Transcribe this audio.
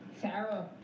Sarah